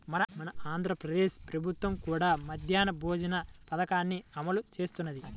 మన ఆంధ్ర ప్రదేశ్ ప్రభుత్వం కూడా మధ్యాహ్న భోజన పథకాన్ని అమలు చేస్తున్నది